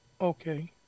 okay